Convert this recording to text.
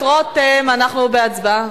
רותם, פעם אחת תצביע בעד.